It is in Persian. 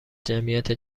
جمعیت